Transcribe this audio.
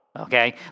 Okay